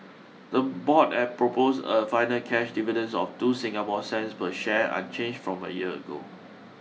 the board had proposed a final cash dividends of two Singapore cents per share unchanged from a year ago